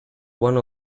one